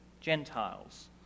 Gentiles